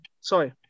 Sorry